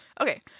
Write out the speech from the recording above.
Okay